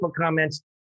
comments